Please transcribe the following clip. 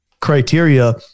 criteria